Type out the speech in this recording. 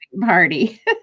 party